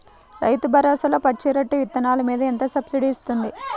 రైతు భరోసాలో పచ్చి రొట్టె విత్తనాలు మీద ఎంత సబ్సిడీ ఇస్తుంది?